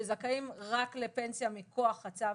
שזכאים רק לפנסיה מכוח צו